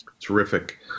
Terrific